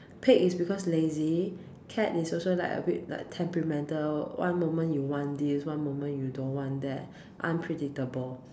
pig is because lazy cat is also like a bit like temperamental one moment you want this one moment you don't want that unpredictable